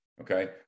Okay